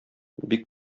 бик